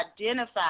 identify